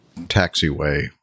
taxiway